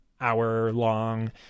hour-long